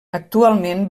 actualment